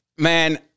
Man